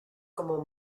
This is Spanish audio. como